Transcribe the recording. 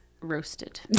roasted